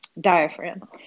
diaphragm